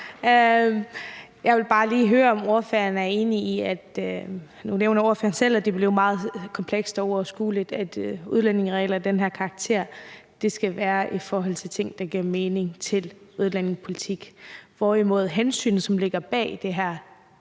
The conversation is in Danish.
er enig med mig. Nu nævner ordføreren selv, at det bliver meget komplekst og uoverskueligt, og at udlændingeregler af den her karakter skal være i forhold til ting, der giver mening med hensyn til udlændingepolitik, hvorimod hensynet, som ligger bag det her,